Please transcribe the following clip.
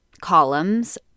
columns